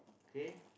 K